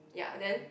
ya then